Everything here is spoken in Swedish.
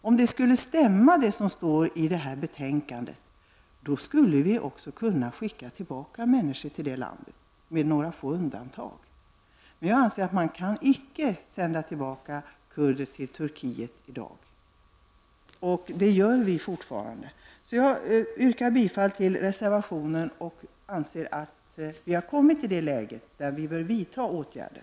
Om det som står i detta betänkande skulle stämma, skulle vi också, med några få undantag, kunna skicka tillbaka människor till det landet. Jag anser att man icke kan sända tillbaka kurder till Turkiet i dag. Men detta gör vi fortfarande. Jag vill yrka bifall till den reservation som är fogad till betänkandet. Jag anser att vi nu har kommit till det läge där vi bör vidta åtgärder.